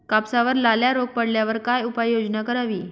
कापसावर लाल्या रोग पडल्यावर काय उपाययोजना करावी?